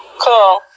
Cool